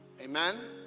Amen